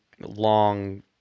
long